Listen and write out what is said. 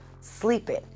sleeping